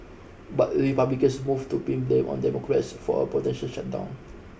but Republicans moved to pin blame on Democrats for a potential shutdown